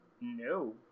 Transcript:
No